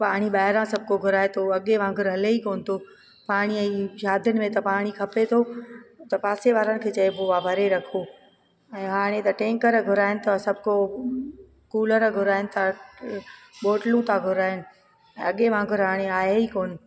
पाणी ॿाहिरां सबको घुराए थो अॻे वांगुरु हले ई कोन थो पाणीअ शादियुनि में त पाणी खपे थो त पासे वारनि खे चइबो आहे भरे रखो ऐं हाणे त टैकर घुराए थो सभु को कुलर घुराइनि था बोटलूं था घुराइनि अॻे वांगुरु हाणे आहे ई कोन